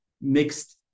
mixed